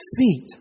Feet